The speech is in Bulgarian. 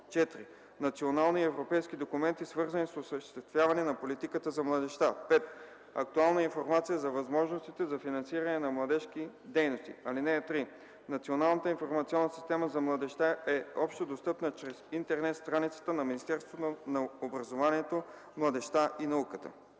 4. национални и европейски документи, свързани с осъществяване на политиката за младежта; 5. актуална информация за възможностите за финансиране на младежки дейности. (3) Националната информационна система за младежта е общодостъпна чрез интернет страницата на Министерството на образованието, младежта и науката.”